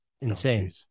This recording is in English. Insane